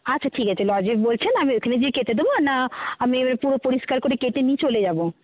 আচ্ছা ঠিক আছে লজে বলছেন আমি ওইখানে গিয়ে কেটে দেবো না আমি ওই পুরো পরিষ্কার করে কেটে নিয়ে চলে যাব